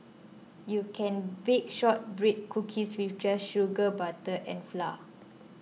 you can bake Shortbread Cookies with just sugar butter and flour